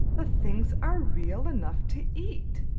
the things are real enough to eat.